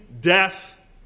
death